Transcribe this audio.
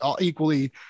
equally